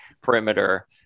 perimeter